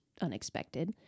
unexpected